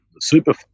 super